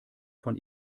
von